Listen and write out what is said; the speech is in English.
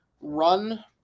run